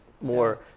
more